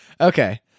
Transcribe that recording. Okay